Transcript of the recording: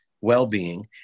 well-being